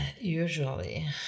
usually